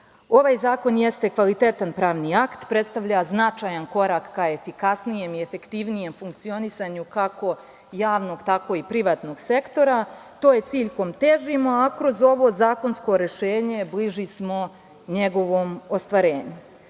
zakon jeste kvalitetan pravni akt, predstavlja značajni korak za efikasnijem i efektivnijem funkcionisanju kako javnog tako i privatnog sektora. To je cilj kojem težimo, a kroz ovo zakonsko rešenje bliži smo njegovom ostvarenju. Naša